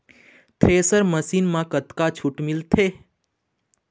Thresher machine म कतक छूट मिलथे?